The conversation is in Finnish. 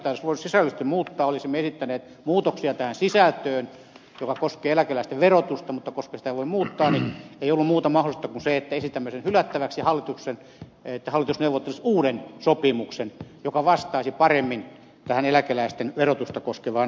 jos tätä olisi voinut sisällöllisesti muuttaa olisimme esittäneet muutoksia tähän sisältöön joka koskee eläkeläisten verotusta mutta koska sitä ei voi muuttaa niin ei ole muuta mahdollisuutta kuin se että esitämme sen hylättäväksi ja että hallitus neuvottelisi uuden sopimuksen joka vastaisi paremmin tähän eläkeläisten verotusta koskevaan asiaan